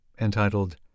entitled